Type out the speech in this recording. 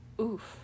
Oof